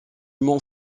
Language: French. mont